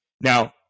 Now